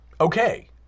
okay